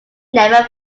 never